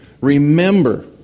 remember